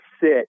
sit